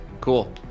Cool